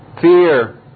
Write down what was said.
fear